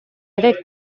ere